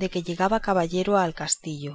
de que llegaba caballero al castillo